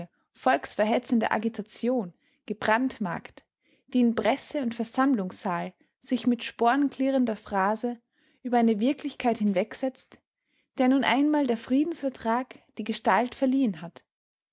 volksverhetzende agitation gebrandmarkt die in presse und versammlungssaal sich mit sporenklirrender phrase über eine wirklichkeit hinwegsetzt der nun einmal der friedensvertrag die gestalt verliehen hat